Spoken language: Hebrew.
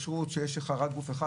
לשר הדתות אין מילה?